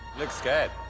looks good